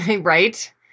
right